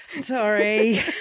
Sorry